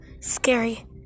scary